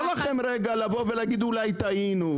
--- ומותר לכם רגע לבוא ולהגיד: אולי טעינו.